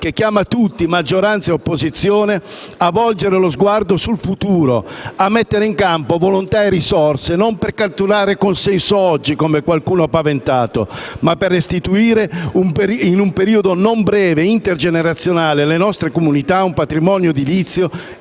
che chiama tutti, maggioranza e opposizione, a volgere lo sguardo sul futuro, a mettere in campo volontà e risorse non per catturare consenso oggi - come qualcuno ha paventato - ma per restituire alle nostre comunità, in un periodo non breve, intergenerazionale, un patrimonio edilizio